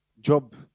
Job